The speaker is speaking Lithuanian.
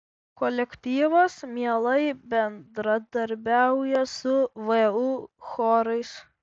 kolektyvas mielai bendradarbiauja su vu chorais